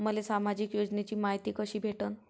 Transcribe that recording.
मले सामाजिक योजनेची मायती कशी भेटन?